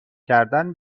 کردن